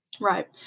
Right